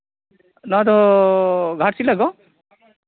ᱱᱚᱣᱟᱫᱚ ᱜᱷᱟᱴᱥᱤᱞᱟᱹ ᱫᱚ